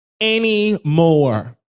anymore